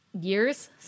years